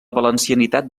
valencianitat